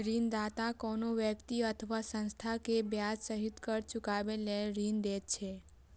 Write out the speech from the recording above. ऋणदाता कोनो व्यक्ति अथवा संस्था कें ब्याज सहित कर्ज चुकाबै लेल ऋण दै छै